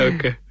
Okay